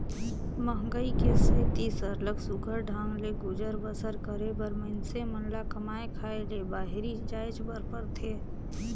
मंहगई के सेती सरलग सुग्घर ढंग ले गुजर बसर करे बर मइनसे मन ल कमाए खाए ले बाहिरे जाएच बर परथे